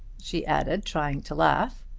she added trying to laugh.